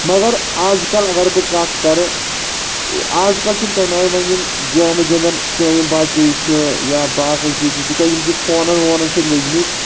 مگر آز کل اگر بہٕ کَتھ کَرٕ آز کل چھِنہٕ تَمہِ آے وَنہِ یِم گیمہٕ گِنٛدان کینٛہہ یِم بَچہِ چھِ یا باقٕے چیٖز چھِ تِکیازِ یِم چھِ فونَن وونَن سٕتۍ لٔگۍ مٕتۍ